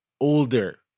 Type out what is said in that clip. older